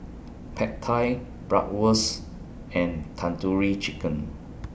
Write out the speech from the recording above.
Pad Thai Bratwurst and Tandoori Chicken